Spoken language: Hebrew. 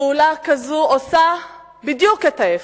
פעולה כזו עושה בדיוק את ההיפך.